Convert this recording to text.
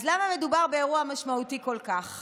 אז למה מדובר באירוע משמעותי כל כך?